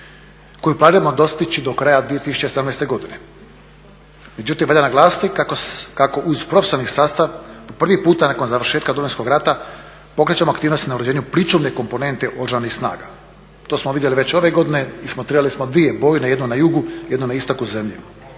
koje planiramo dostići do kraja 2017. godine. No, međutim valja naglasiti kako uz profesionalni sastav po pravi puta nakon završetka Domovinskog rata pokrećemo aktivnosti na uređenju pričuvne komponente Oružanih snaga. To smo vidjeli već ove godine i smontirali smo dvije bojne, jednu na jugu, jednu na istoku zemlje.